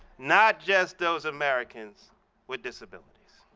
not just those americans with disabilities.